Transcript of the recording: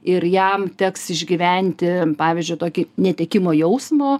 ir jam teks išgyventi pavyzdžiui tokį netekimo jausmo